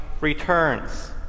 returns